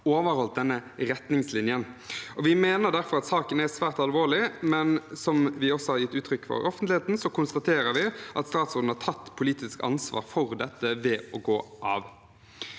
overholdt denne retningslinjen. Vi mener derfor at saken er svært alvorlig, men, som vi også har gitt uttrykk for i offentligheten, konstaterer vi at statsråden har tatt politisk ansvar for dette ved å gå av.